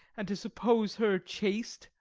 and to suppose her chaste!